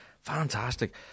Fantastic